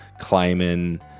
climbing